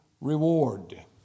reward